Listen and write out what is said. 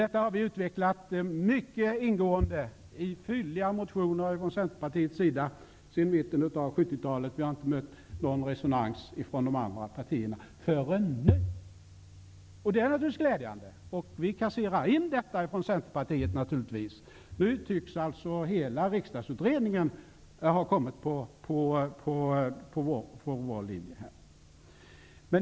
Detta har vi utvecklat ingående i fylliga motioner från Centerpartiets sida sedan mitten av 1970-talet. Vi har inte mött någon resonans från de andra partierna förrän nu. Det är naturligtvis glädjande att så sker nu, och vi från Centerpartiet kasserar in detta. Nu tycks hela Riksdagsutredningen följa vår linje.